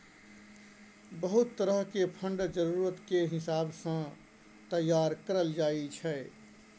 बहुत तरह के फंड जरूरत के हिसाब सँ तैयार करल जाइ छै